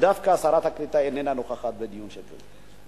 דווקא שרת הקליטה איננה נוכחת בדיון זה.